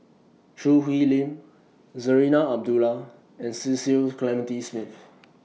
Choo Hwee Lim Zarinah Abdullah and Cecil Clementi Smith